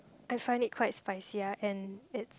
I find it quite spicy ah and it's